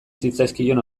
zitzaizkion